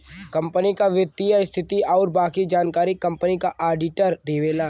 company क वित्तीय स्थिति आउर बाकी जानकारी कंपनी क आडिटर देवला